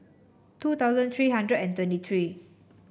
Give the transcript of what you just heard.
two thousand three hundred and twenty three